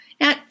Now